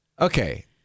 okay